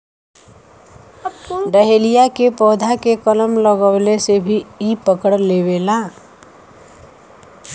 dahlia के पौधा के कलम लगवले से भी इ पकड़ लेवला